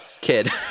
kid